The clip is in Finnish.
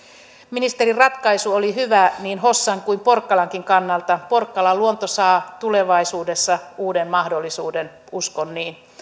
ministerin ratkaisu oli hyvä niin hossan kuin porkkalankin kannalta porkkalan luonto saa tulevaisuudessa uuden mahdollisuuden uskon niin